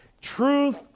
truth